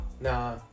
Nah